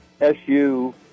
SU